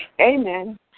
Amen